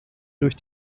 durch